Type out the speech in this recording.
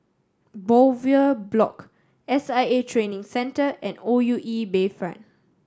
Bowyer Block S I A Training Centre and O U E Bayfront